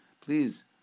please